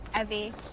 Evie